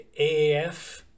AAF